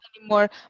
anymore